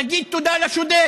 תגיד תודה לשודד.